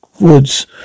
woods